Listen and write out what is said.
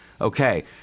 Okay